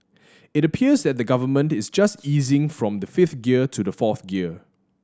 it appears that the Government is just easing from the fifth gear to the fourth gear